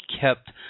kept